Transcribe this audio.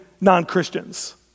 non-Christians